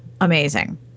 amazing